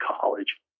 College